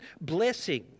blessing